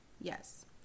Yes